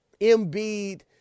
Embiid